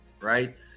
right